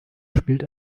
spielt